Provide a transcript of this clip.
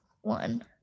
one